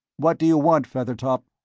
what do you want, feathertop?